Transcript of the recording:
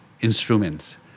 instruments